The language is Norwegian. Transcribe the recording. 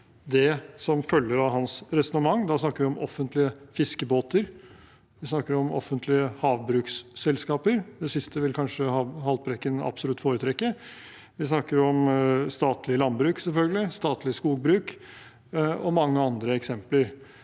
det som følger av hans resonnement. Da snakker vi om offentlige fiskebåter. Vi snakker om offentlige havbruksselskaper. Det siste vil kanskje representanten Haltbrekken absolutt foretrekke. Vi snakker om statlig landbruk, selvfølgelig, og statlig skogbruk – og mange andre eksempler.